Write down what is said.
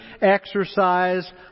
exercise